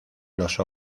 los